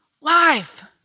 life